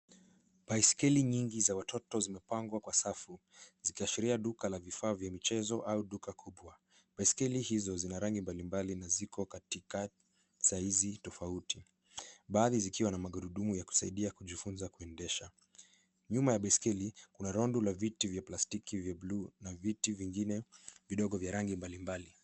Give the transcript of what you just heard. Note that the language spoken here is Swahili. Baisikeli nyingi za watoto zimepangwa kwa safu, zikiashiria duka la michezo au duka kubwa. Baisikeli hizo zina rangi mbalimbali na ziko katika saizi tofauti, baadhi zikiwa na magurudumu ya kusaidia kujifunza kuendesha. Nyuma ya baisikeli, kuna rundo la viti vya plastiki vya buluu na viti vingine vidogo vya rangi mbalimbali.